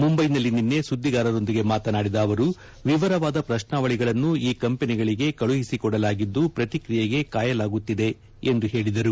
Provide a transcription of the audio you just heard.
ಮುಂಬೈನಲ್ಲಿ ನಿನ್ನೆ ಸುದ್ಗಿಗಾರರೊಂದಿಗೆ ಮಾತನಾದಿದ ಅವರು ವಿವರವಾದ ಪ್ರಶ್ನಾವಳಿಗಳನ್ನು ಈ ಕಂಪನಿಗಳಿಗೆ ಕಳುಹಿಸಿಕೊಡಲಾಗಿದ್ದು ಪ್ರತಿಕ್ರಿಯೆಗೆ ಕಾಯಲಾಗುತ್ತಿದೆ ಎಂದು ಹೇಳಿದರು